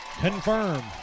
Confirmed